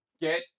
Get